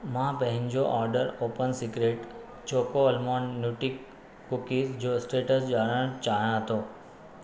मां पंहिंजे ऑर्डरु open secret choco almond nutty cookies जो स्टेटसु ॼाणण चाहियां थो